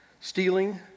Stealing